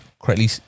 correctly